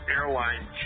Airline